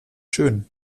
schön